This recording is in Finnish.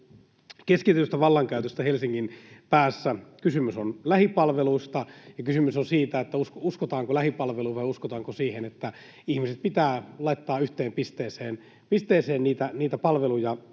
keskitetystä vallankäytöstä Helsingin päässä. Kysymys on lähipalveluista, ja kysymys on siitä, uskotaanko lähipalveluihin vai uskotaanko siihen, että ihmiset pitää laittaa yhteen pisteeseen niitä palveluja